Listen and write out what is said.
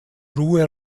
ruhe